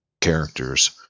characters